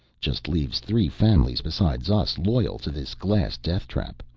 just leaves three families besides us loyal to this glass death trap.